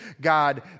God